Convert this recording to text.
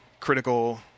critical